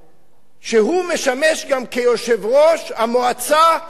כשהוא משמש גם כיושב-ראש המועצה הציונית הדרוזית.